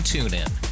TuneIn